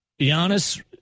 Giannis